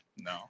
No